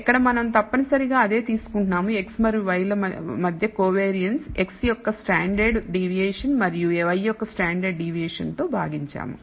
ఎక్కడ మనం తప్పనిసరిగా అదే తీసుకుంటున్నాము x మరియు y ల మధ్య కోవియారిన్స్ x యొక్క స్టాండర్డ్ మరియు y యొక్క స్టాండర్డ్ తో భావించాము